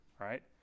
right